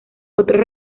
otros